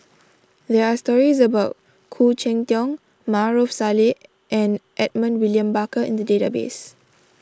there are stories about Khoo Cheng Tiong Maarof Salleh and Edmund William Barker in the database